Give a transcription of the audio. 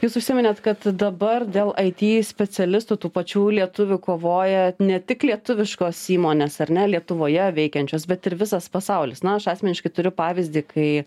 jūs užsiminėt kad dabar dėl aity specialistų tų pačių lietuvių kovoja ne tik lietuviškos įmonės ar ne lietuvoje veikiančios bet ir visas pasaulis na aš asmeniškai turiu pavyzdį kai